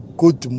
good